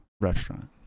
restaurant